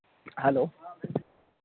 hello